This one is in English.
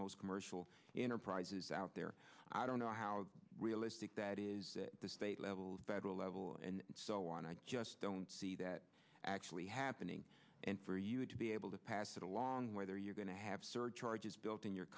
most commercial enterprises out there i don't know how realistic that is the state level federal level and so on i just don't see that actually happening and for you to be able to pass it along whether you're going to have surcharges built in your